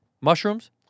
Mushrooms